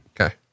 Okay